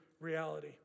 reality